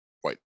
white